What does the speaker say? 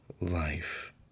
life